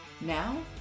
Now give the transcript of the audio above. Now